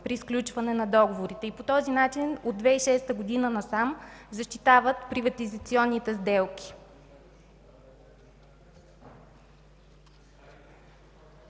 при сключване на договорите. По този начин от 2006 г. насам защитават приватизационните сделки.